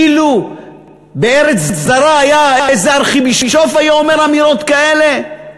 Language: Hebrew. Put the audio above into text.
אילו בארץ זרה היה איזה ארכיבישוף אומר אמירות כאלה,